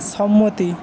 সম্মতি